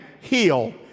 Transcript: heal